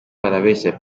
barabeshya